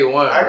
one